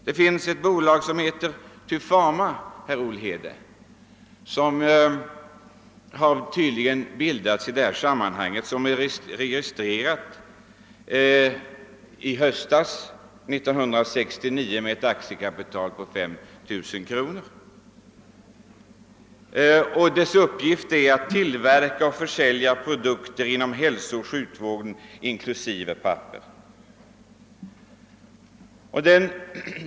Det finns ett bolag som heter Tufama med ett aktiekapital på 35000 kronor som registrerades på hösten 1969. Dess uppgift är att tillverka och försälja produkter inom hälsooch sjukvård inklusive papper.